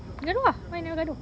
gaduh ah why never gaduh